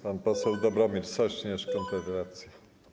Pan poseł Dobromir Sośnierz, Konfederacja.